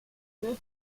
deux